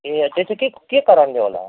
ए त्यो चाहिँ के के कारणले होला